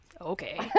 Okay